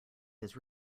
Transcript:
his